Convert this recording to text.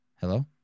hello